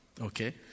okay